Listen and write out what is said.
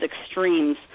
extremes